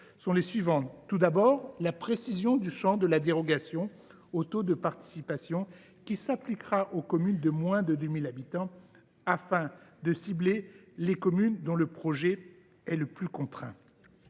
sont suivantes. Tout d’abord, le champ de la dérogation aux taux de participation minimale s’appliquera aux communes de moins de 2 000 habitants, afin de cibler les communes dont le budget est le plus contraint.